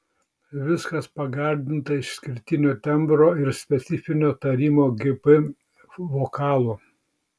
viskas pagardinta išskirtinio tembro ir specifinio tarimo gp vokalu